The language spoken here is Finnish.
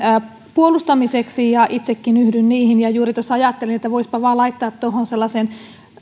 puolustamiseksi ja itsekin yhdyn niihin ja juuri tuossa ajattelin että voisipa vain laittaa tuohon sellaisen